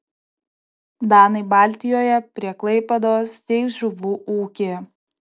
danai baltijoje prie klaipėdos steigs žuvų ūkį